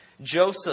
Joseph